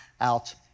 out